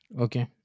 Okay